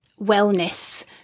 wellness